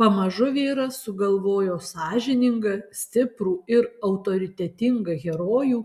pamažu vyras sugalvojo sąžiningą stiprų ir autoritetingą herojų